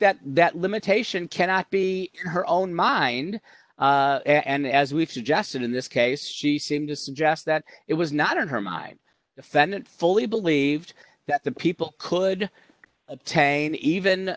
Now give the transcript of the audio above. that that limitation cannot be her own mind and as we've suggested in this case she seemed to suggest that it was not in her mind defendant fully believed that the people could obtain even